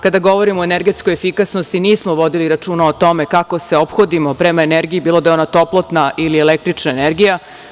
Kada govorimo o energetskoj efikasnosti nismo vodili računa o tome kako se ophodimo prema energiji bilo da je ona toplotna ili energična energija.